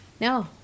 No